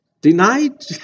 Denied